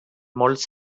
molts